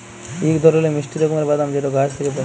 ইক ধরলের মিষ্টি রকমের বাদাম যেট গাহাচ থ্যাইকে পায়